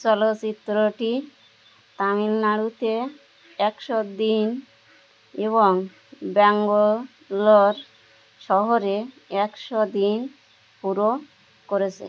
চলচ্চিত্রটি তামিলনাড়ুতে একশো দিন এবং ব্যাঙ্গোলোর শহরে একশো দিন পুরো করেছে